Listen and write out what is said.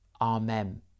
Amen